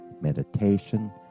meditation